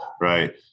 right